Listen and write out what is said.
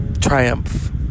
triumph